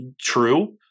true